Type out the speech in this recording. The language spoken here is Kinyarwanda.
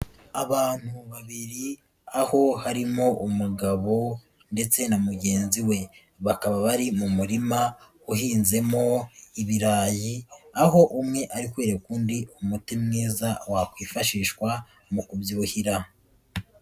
Abantu babiri, aho harimo umugabo ndetse na mugenzi we. Bakaba bari mu murima uhinzemo ibirayi, aho umwe ari kwereka undi umuti mwiza wakwifashishwa mu kubyuhira.